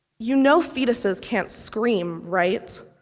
you know fetuses can't scream, right?